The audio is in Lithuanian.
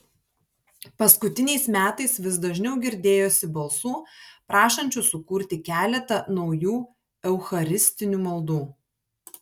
paskutiniais metais vis dažniau girdėjosi balsų prašančių sukurti keletą naujų eucharistinių maldų